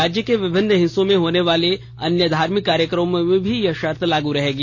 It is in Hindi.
राज्य के विभिन्न हिस्सों में होने वाले अन्य धार्मिक कार्यक्रमों में भी यह शर्त लागू रहेगी